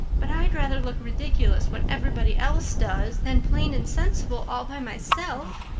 but i'd rather look ridiculous when everybody else does than plain and sensible all by myself,